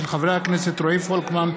של חברי הכנסת רועי פולקמן,